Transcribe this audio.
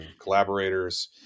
collaborators